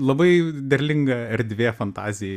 labai derlinga erdvė fantazijai